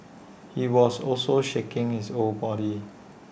he was also shaking his whole body